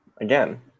again